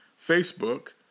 facebook